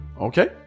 Okay